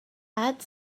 add